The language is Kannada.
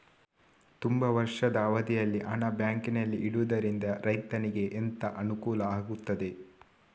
ತುಂಬಾ ವರ್ಷದ ಅವಧಿಯಲ್ಲಿ ಹಣ ಬ್ಯಾಂಕಿನಲ್ಲಿ ಇಡುವುದರಿಂದ ರೈತನಿಗೆ ಎಂತ ಅನುಕೂಲ ಆಗ್ತದೆ?